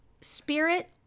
Spirit